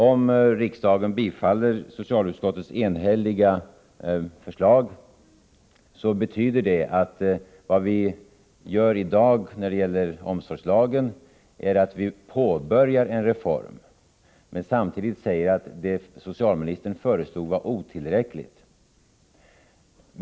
Om riksdagen bifaller socialutskottets enhälliga förslag i dag, betyder det att vi påbörjar en reform när det gäller omsorgslagen men samtidigt säger att det socialministern föreslog var otillräckligt.